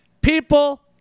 People